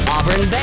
Auburn